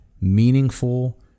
meaningful